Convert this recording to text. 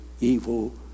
evil